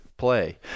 play